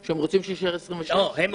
הם רוצים שיישאר 26 שעות?